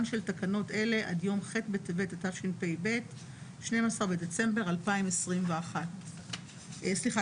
של תקנות אלה עד יום ח' בטבת התשפ"ב (12 בדצמבר 2021)."." סליחה,